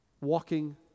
walking